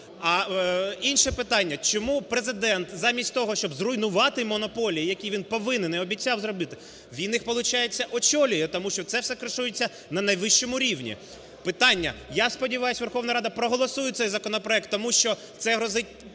А інше питання, чому Президент замість того, щоб зруйнувати монополії, які він повинен і обіцяв зробити, він їх, получається, очолює, тому що це все кришується на найвищому рівні. Питання: я сподіваюся, Верховна Рада проголосує цей законопроект, тому що це грозить